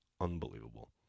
Unbelievable